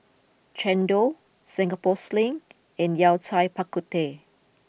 Chendol Singapore Sling and Yao Cai Bak Kut Teh